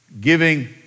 giving